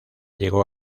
llegó